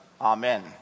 Amen